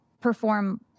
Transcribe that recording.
perform